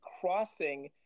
crossing